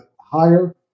higher